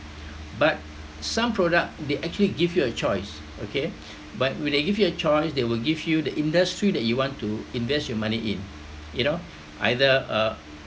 but some product they actually give you a choice okay but when they give you a choice they will give you the industry that you want to invest your money in you know either uh